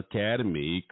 Academy